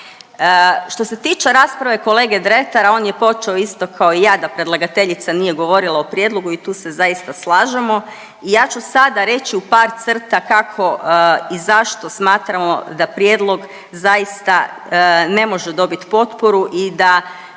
Što se tiče rasprave kolege Dretara, on je počeo isto kao i ja da predlagateljica nije govorila o prijedlogu i tu se zaista slažemo. I ja ću sada reći u par crta kako i zašto smatramo da prijedlog zaista ne može dobit potporu i da